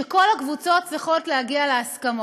שכל הקבוצות צריכות להגיע להסכמות.